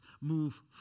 move